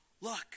look